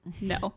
no